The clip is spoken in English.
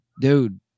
Dude